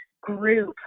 group